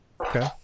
Okay